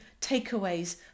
takeaways